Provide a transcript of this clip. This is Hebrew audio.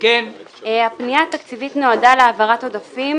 הפנייה התקציבית נועדה להעברת עודפים